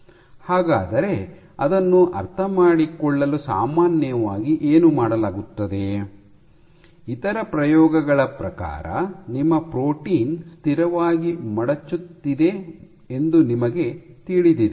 ಹಾಗಾದರೆ ಅದನ್ನು ಅರ್ಥಮಾಡಿಕೊಳ್ಳಲು ಸಾಮಾನ್ಯವಾಗಿ ಏನು ಮಾಡಲಾಗುತ್ತದೆ ಇತರ ಪ್ರಯೋಗಗಳ ಪ್ರಕಾರ ನಿಮ್ಮ ಪ್ರೋಟೀನ್ ಸ್ಥಿರವಾಗಿ ಮಡಚುತ್ತಿದೆ ಎಂದು ನಿಮಗೆ ತಿಳಿದಿದೆ